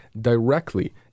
directly